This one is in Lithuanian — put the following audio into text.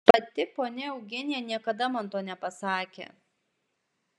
pati ponia eugenija niekada man to nepasakė